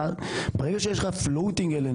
ברגע שיש לך lng floating,